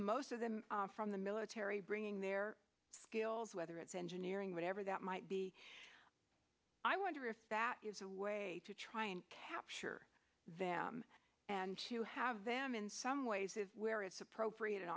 most of them from the military bringing their skills whether it's engineering whatever that might be i wonder if that is a way to try and capture them and to have them in some ways is where it's appropriate